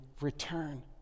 return